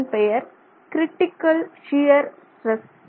இதன் பெயர் critical shear stress